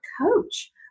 coach